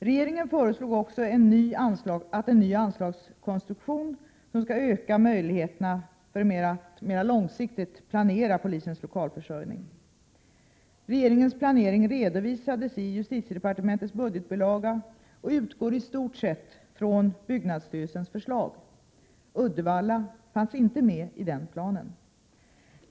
Regeringen föreslog också en ny anslagskonstruktion, som skall öka möjligheterna att mera långsiktigt planera polisens lokalförsörjning. Regeringens planering redovi .sades i justitiedepartementets budgetbilaga och utgår i stort sett från byggnadsstyrelsens förslag. Uddevalla fanns inte med i den planen.